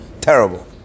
Terrible